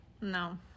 no